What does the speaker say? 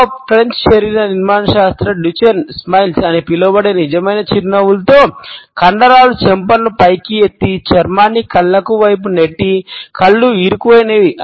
గొప్ప ఫ్రెంచ్ శరీర నిర్మాణ శాస్త్రవేత్త యొక్క పనిని పురస్కరించుకుని డుచెన్ స్మైల్స్ అని పిలువబడే నిజమైన చిరునవ్వులలో కండరాలు చెంపను పైకి ఎత్తి చర్మాన్ని కళ్ళ వైపుకు నెట్టి కళ్ళు ఇరుకైనవి అని వారు చెప్పారు